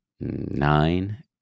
nine